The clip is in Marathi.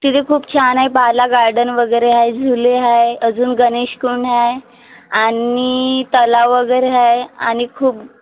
तिथे खूप छान आहे बाला गार्डन वगैरे आहे झुले आहे अजून गणेशकुंड आहे आणि तलाव वगैरे आहे आणि खूप